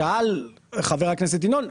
שאל חבר הכנסת ינון,